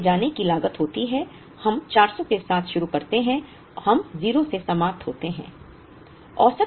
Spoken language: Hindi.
वहाँ ले जाने की लागत होती है हम 400 के साथ शुरू करते हैं हम 0 से समाप्त होते हैं